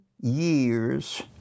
years